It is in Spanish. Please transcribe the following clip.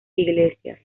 iglesias